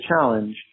challenge